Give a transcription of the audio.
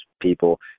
people